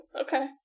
Okay